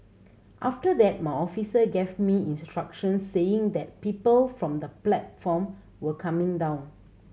after that my officer gave me instructions saying that people from the platform were coming down